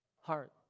heart